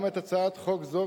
גם את הצעת חוק זו,